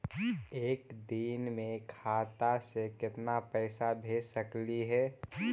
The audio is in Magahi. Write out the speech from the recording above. एक दिन में खाता से केतना पैसा भेज सकली हे?